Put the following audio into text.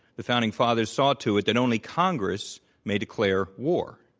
the founding fathers saw to it that only congress may declare war.